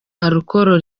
alcool